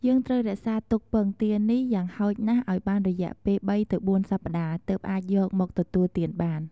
យើងត្រូវរក្សាទុកពងទានេះ យ៉ាងហោចណាស់ឱ្យបានរយៈពេល ៣ទៅ៤សប្តាហ៍ ទើបអាចយកមកទទួលទានបាន។